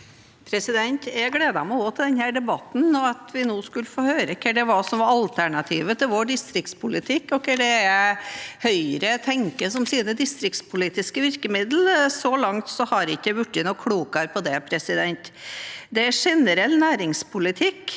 Jeg gledet meg også til denne debatten, og at vi nå skulle få høre hva som var alternativet til vår distriktspolitikk, og hva Høyre tenker som sine distriktspolitiske virkemidler. Så langt har jeg ikke blitt noe klokere på det. Det er generell næringspolitikk